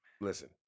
listen